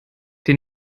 den